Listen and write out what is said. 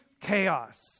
chaos